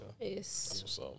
Yes